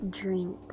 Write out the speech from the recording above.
drink